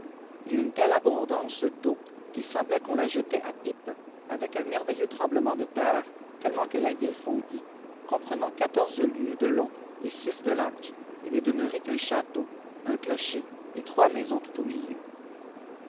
et une telle abondance d'eau qu'il semblait qu'on la jetait à pipes avec un merveilleux tremblement de terre tellement que la ville fondit comprenant quatorze lieues de long et six de large et n'est demeuré qu un château un clocher ot trois maisons tout au milieu